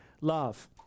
love